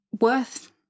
worth